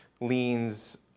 leans